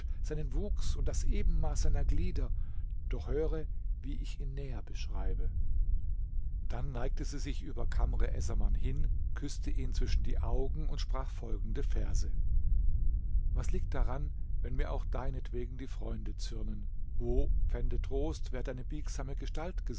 seinen wuchs und das ebenmaß seiner glieder doch höre wie ich ihn näher beschreibe dann neigte sie sich über kamr essaman hin küßte ihn zwischen die augen und sprach folgende verse was liegt daran wenn mir auch deinetwegen die freunde zürnen wo fände trost wer deine biegsame gestalt